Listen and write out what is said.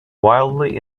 wildly